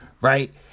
Right